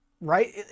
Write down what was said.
right